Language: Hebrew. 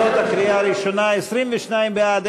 תוצאות הקריאה הראשונה: 22 בעד,